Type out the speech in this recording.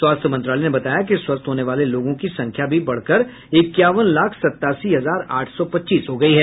स्वास्थ्य मंत्रालय ने बताया है कि स्वस्थ होने वाले लोगों की संख्या भी बढ़कर इक्यावन लाख सतासी हजार आठ सौ पच्चीस हो गयी है